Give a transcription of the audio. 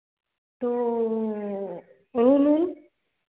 तो उन